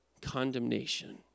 condemnation